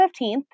15th